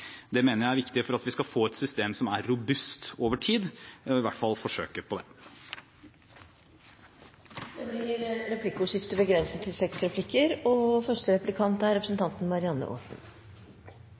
Det mener jeg er viktig for at vi skal få et system som er robust over tid, i hvert fall forsøke på det. Det blir replikkordskifte.